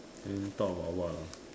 then talk about what ah